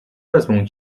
wezmą